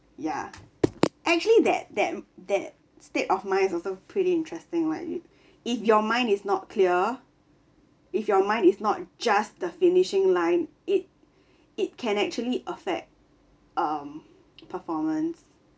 ya actually that that that state of mind is also pretty interesting like you if your mind is not clear if your mind is not just the finishing line it it can actually affect um performance